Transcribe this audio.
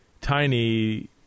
tiny